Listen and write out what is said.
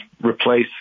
replace